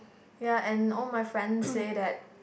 ya and all my friends say that